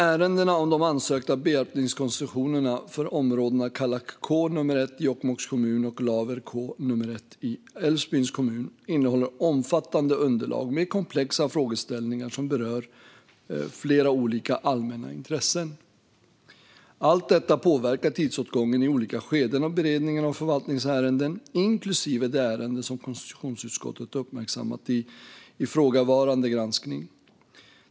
Ärendena om de ansökta bearbetningskoncessionerna för områdena Kallak K nr 1 i Jokkmokks kommun och Laver K nr 1 i Älvsbyns kommun innehåller omfattande underlag med komplexa frågeställningar som berör flera olika allmänna intressen. Allt detta påverkar tidsåtgången i olika skeden av beredningen av förvaltningsärenden, inklusive det ärende som konstitutionsutskottet har uppmärksammat i ifrågavarande granskning.